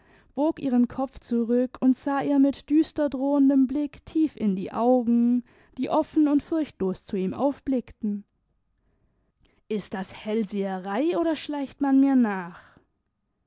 bog ihren kopf zurück und sah ihr mit düsterdrohendem blick tief in die augen die offen und furchtlos zu ihm aufblickten ist das hellseherei oder schleicht man mir nach